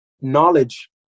knowledge